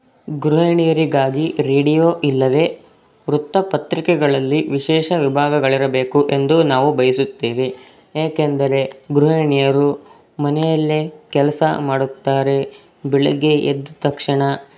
ಗೃಹಿಣಿಯರಿಗಾಗಿ radio ಇಲ್ಲವೆ ವೃತ್ತಪತ್ರಿಕೆಗಳಲ್ಲಿ ವಿಶೇಷ ವಿಭಾಗಗಳಿರಬೇಕು ಎಂದು ನಾವು ಬಯಸುತ್ತೇವೆ ಏಕೆಂದರೆ ಗೃಹಿಣಿಯರು ಮನೆಯಲ್ಲೇ ಕೆಲಸ ಮಾಡುತ್ತಾರೆ ಬೆಳಿಗ್ಗೆ ಎದ್ದ ತಕ್ಷಣ